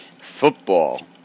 football